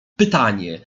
pytanie